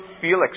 Felix